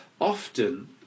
often